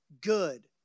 good